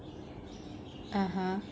(uh huh)